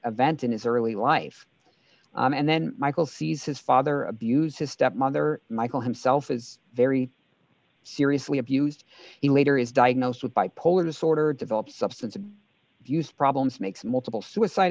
event in his early life and then michael sees his father abused his stepmother michael himself as very seriously abused he later is diagnosed with bipolar disorder develops substance abuse problems makes multiple suicide